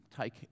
take